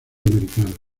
americano